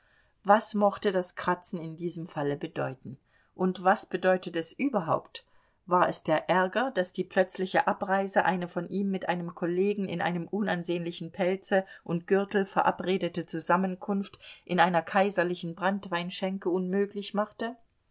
was mochte das kratzen in diesem falle bedeuten und was bedeutet es überhaupt war es der ärger daß die plötzliche abreise eine von ihm mit einem kollegen in einem unansehnlichen pelze und gürtel verabredete zusammenkunft in einer kaiserlichen branntweinschänke unmöglich machte